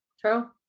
True